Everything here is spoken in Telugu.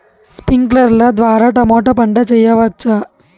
స్ప్రింక్లర్లు ద్వారా టమోటా పంట చేయవచ్చా?